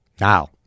Now